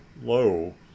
low